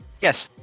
Yes